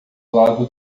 lado